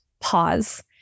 pause